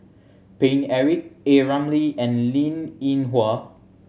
Paine Eric A Ramli and Linn In Hua